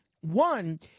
One